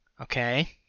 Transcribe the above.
okay